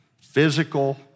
physical